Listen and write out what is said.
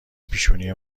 پیشونی